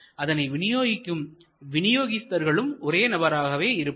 அதனை விநியோகிக்கும் வினியோகஸ்தர்களும் ஒரே நபராகவே இருப்பர்